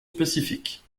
spécifiques